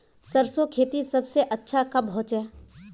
सरसों खेती सबसे अच्छा कब होचे?